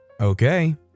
Okay